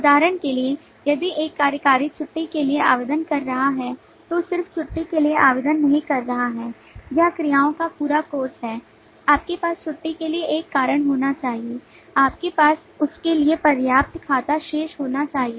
उदाहरण के लिए यदि एक कार्यकारी छुट्टी के लिए आवेदन कर रहा है तो यह सिर्फ छुट्टी के लिए आवेदन नहीं कर रहा है यह क्रियाओं का पूरा कोर्स है आपके पास छुट्टी के लिए एक कारण होना चाहिए आपके पास उसके लिए पर्याप्त खाता शेष होना चाहिए